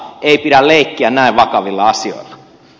ei pidä leikkiä näin vakavilla asioilla